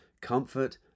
comfort